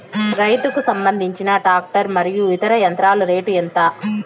రైతుకు సంబంధించిన టాక్టర్ మరియు ఇతర యంత్రాల రేటు ఎంత?